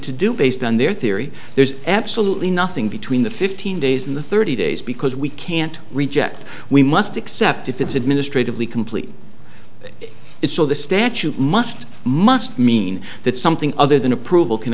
to do based on their theory there's absolutely nothing between the fifteen days in the thirty days because we can't reject we must accept if it's administratively complete it so the statute must must mean that something other than approval can